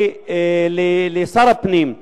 לשר הפנים,